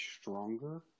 stronger